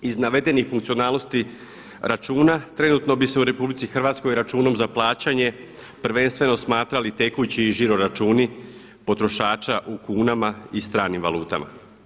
Iz navedenih funkcionalnosti računa trenutno bi se u RH računom za plaćanje prvenstveno smatrali tekući i žiro računi potrošača u kunama i stranim valutama.